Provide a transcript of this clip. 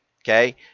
Okay